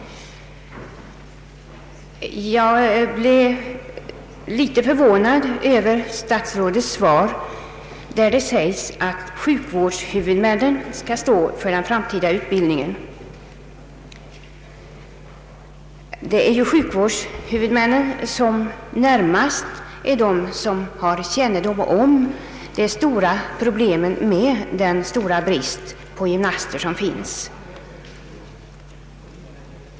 Jag blev litet förvånad över statsrådets svar, där det sägs att sjukvårdshuvudmännen skall stå för den framtida utbildningen. Det är ju sjukvårdshuvudmännen som närmast har kännedom om de stora problem bristen på sjukgymnaster har vållat.